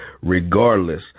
regardless